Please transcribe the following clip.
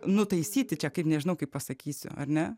nutaisyti čia kaip nežinau kaip pasakysiu ar ne